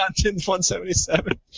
177